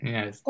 Yes